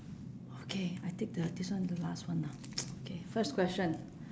okay I take the this one the last one lah K first question